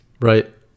Right